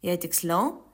jei tiksliau